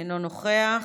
אינו נוכח.